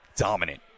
Dominant